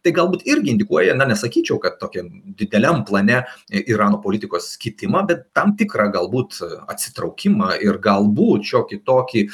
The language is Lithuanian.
tai galbūt irgi indikuoja na nesakyčiau kad tokiam dideliam plane irano politikos kitimą bet tam tikrą galbūt atsitraukimą ir galbūt šiokį tokį